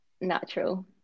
natural